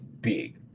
big